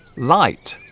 light